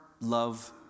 love